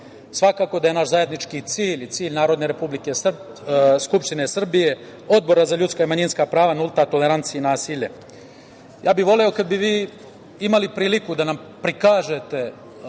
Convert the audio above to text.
Svakako da je naš zajednički cilj i cilj Narodne skupštine Srbije, Odbora za ljudska i manjinska prava, nulta tolerancija i nasilje. Ja bih voleo kada bi vi imali priliku da nam prikažete